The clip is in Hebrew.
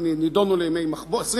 הם נידונו ל-20 ימי מחבוש,